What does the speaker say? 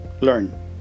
learn